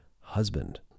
husband